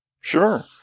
Sure